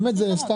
יכול להיות שכן,